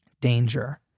danger